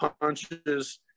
punches